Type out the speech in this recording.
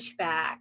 pushback